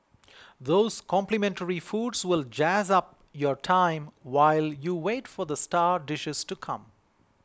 those complimentary foods will jazz up your time while you wait for the star dishes to come